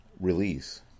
release